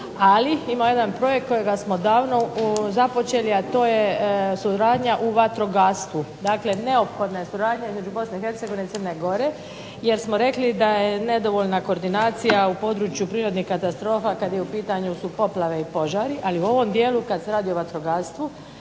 Ali ima jedan projekt kojega smo davno započeli, a to je suradnja u vatrogastvu. Dakle, neophodna je suradnja između Bosne i Hercegovine i Crne Gore jer smo rekli da je nedovoljna koordinacija u području prirodnih katastrofa kad je u pitanju su poplave i požari. Ali u ovom dijelu kad se radi o vatrogastvu